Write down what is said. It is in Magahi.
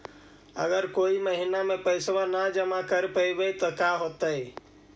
अगर कोई महिना मे पैसबा न जमा कर पईबै त का होतै?